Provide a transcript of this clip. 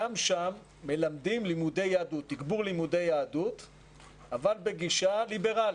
גם שם מלמדים תגבור לימודי יהדות אבל בגישה ליברלית.